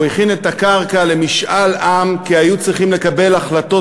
הוא הכין את הקרקע למשאל עם כי היו צריכים לקבל החלטות